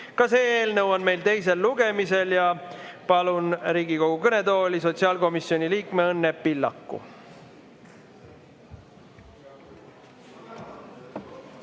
Ka see eelnõu on meil teisel lugemisel. Palun Riigikogu kõnetooli sotsiaalkomisjoni liikme Õnne Pillaku.